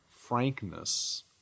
frankness